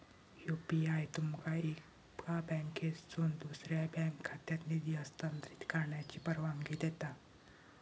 UPI तुमका एका bank खात्यातसून दुसऱ्यो बँक खात्यात निधी हस्तांतरित करण्याची परवानगी देता